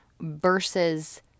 versus